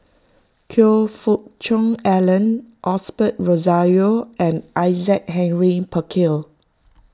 Choe Fook Cheong Alan Osbert Rozario and Isaac Henry Burkill